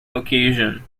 occasion